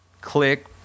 Click